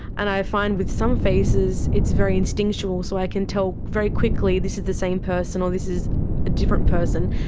and i find with some faces it's very instinctual, so i can tell very quickly this is the same person or this is a different person,